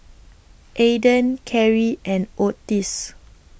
Aydan Carie and Ottis